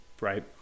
Right